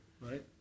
right